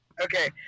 Okay